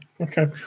okay